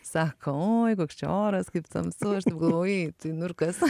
sako oi koks čia oras kaip tamsoje grojai tai morkas